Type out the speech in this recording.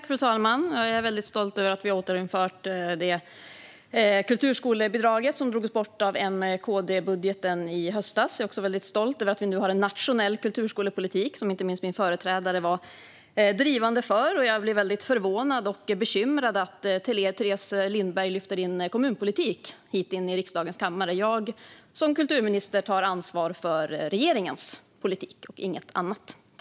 Fru talman! Jag är väldigt stolt över att vi har återinfört det kulturskolebidrag som drogs bort genom M-KD-budgeten i höstas. Jag är också stolt över att vi nu har en nationell kulturskolepolitik, som inte minst min företrädare var drivande för. Jag blir förvånad och bekymrad över att Teres Lindberg lyfter in kommunpolitik hit till riksdagens kammare. Jag som kulturminister tar ansvar för regeringens politik och inget annat.